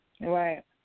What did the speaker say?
Right